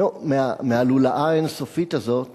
נו, מהלולאה האין-סופית הזאת